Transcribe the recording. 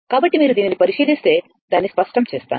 కాబట్టి మీరు దీనిని పరిశీలిస్తే దాన్ని స్పష్టం చేస్తాను